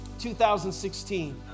2016